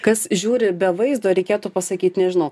kas žiūri be vaizdo reikėtų pasakyt nežinau